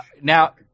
now